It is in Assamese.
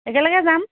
একেলেগে যাম